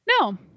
No